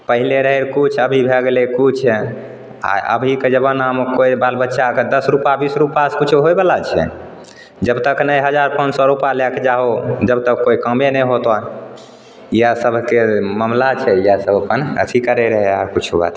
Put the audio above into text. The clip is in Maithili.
पहिले रहै किछु अभी भए गेलै किछु आइ अभीके जबानामे कोइ बालबच्चाके दश रुपा बीस रुपासँ किछु होइबला छै जबतक नहि हजार पाँच सए रुपा लएके जाहो जबतक कोइ कामे नहि होतो इहए सब एकर मामला छै अपन अथी करै रहै आर किछु बात